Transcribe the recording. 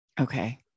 Okay